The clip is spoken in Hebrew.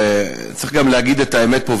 וצריך גם להגיד את האמת פה,